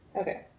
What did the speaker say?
Okay